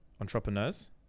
entrepreneurs